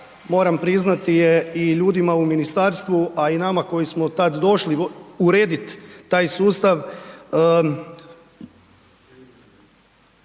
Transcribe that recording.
moram priznati je i ljudima u ministarstvu a i nama koji smo tad došli uredit taj sustav,